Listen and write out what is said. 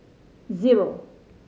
zero